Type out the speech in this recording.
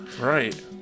Right